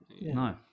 No